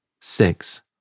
Six